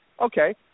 Okay